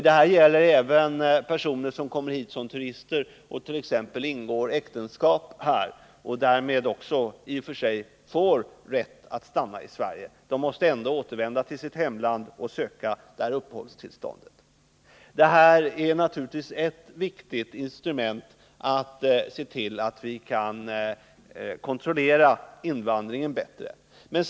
Det här gäller även personer som kommer hit som turister och som t.ex. ingår äktenskap i Sverige. Dessa får därmed i och för sig också rätt att stanna här. Men även dessa personer måste återvända till sitt hemland för att därifrån ansöka om uppehållstillstånd. Ett sådant förfarande utgör naturligtvis ett viktigt instrument för en bättre kontroll av invandringen.